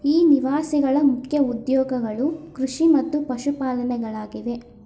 ಈ ನಿವಾಸಿಗಳ ಮುಖ್ಯ ಉದ್ಯೋಗಗಳು ಕೃಷಿ ಮತ್ತು ಪಶುಪಾಲನೆಗಳಾಗಿವೆ